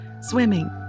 swimming